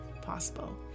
possible